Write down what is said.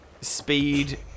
speed